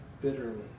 bitterly